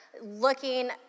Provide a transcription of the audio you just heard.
looking